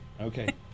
Okay